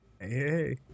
hey